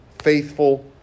faithful